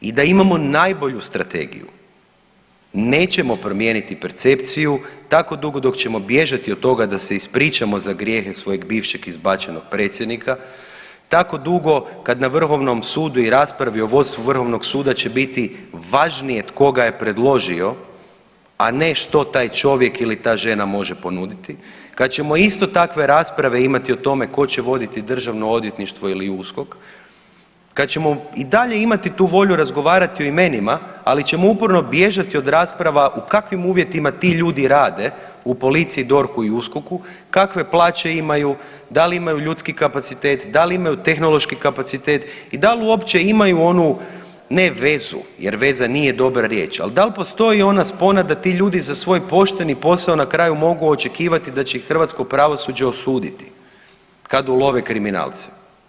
I da imamo najbolju strategiju nećemo promijeniti percepciju tako dugo dok ćemo bježati od toga da se ispričamo za grijehe svojeg bivšeg izbačenog predsjednika, tako dugo kad na Vrhovnom sudu i raspravi o vodstvu Vrhovnog suda će biti važnije tko ga je predložio, a ne što taj čovjek ili ta žena može ponuditi, kad ćemo isto takve rasprave imati o tome tko će voditi DORH ili USKOK, kad ćemo i dalje imati tu volju razgovarati o imenima, ali ćemo uporno bježati od rasprava u kakvim uvjetima ti ljudi rade u policiji, DORH-u i USKOK-u, kakve plaće imaju, da li imaju ljudski kapacitet, da li imaju tehnološki kapacitet i da li uopće imaju onu ne vezu jer veza nije dobra riječ, al dal postoji ona spona da ti ljudi za svoj pošteni posao na kraju mogu očekivati da će ih hrvatsko pravosuđe osuditi kad ulove kriminalce.